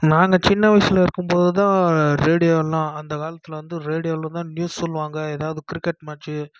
நான் இந்த சின்ன வயசில் இருக்கும் போதுதான் ரேடியோன்னா அந்த காலத்தில் வந்து ரேடியோவிலதான் நியூஸ் சொல்லுவாங்க எதாவது கிரிக்கெட் மேட்ச்சி